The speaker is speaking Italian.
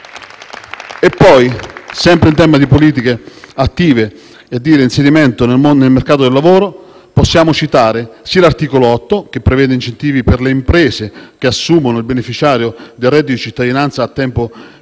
Poi, sempre in tema di politiche attive e di reinserimento nel mercato del lavoro, possiamo citare sia l'articolo 8, che prevede incentivi per le imprese che assumono il beneficiario del reddito cittadinanza a tempo pieno